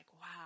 wow